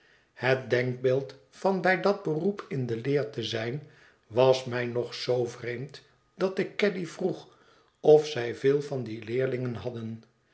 het denkbeeld van bij dat beroep in de leer te zijn was mij nog zoo vreemd dat ik caddy vroeg of zij veel van die leerlingen hadden